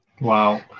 Wow